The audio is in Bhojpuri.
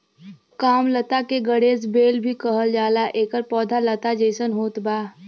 कामलता के गणेश बेल भी कहल जाला एकर पौधा लता जइसन होत बा